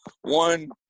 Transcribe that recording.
One